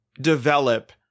develop